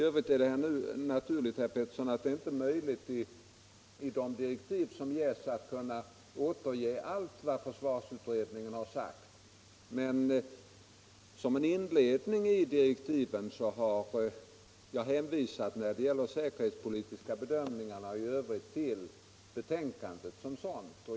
Sedan har det naturligtvis inte varit möjligt, herr Petersson, att i direktiven återge allt vad försvarsutredningen sagt. Men i inledningen till direktiven har jag beträffande de säkerhetspolitiska bedömningarna och i övrigt hänvisat till betänkandet som sådant.